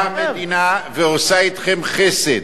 באה המדינה ועושה אתכם חסד,